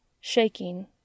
Shaking